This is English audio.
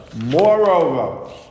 Moreover